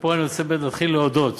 ופה אני רוצה להתחיל להודות